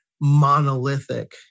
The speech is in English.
monolithic